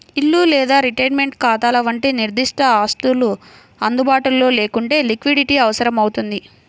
ఇల్లు లేదా రిటైర్మెంట్ ఖాతాల వంటి నిర్దిష్ట ఆస్తులు అందుబాటులో లేకుంటే లిక్విడిటీ అవసరమవుతుంది